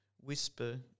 whisper